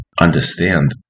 understand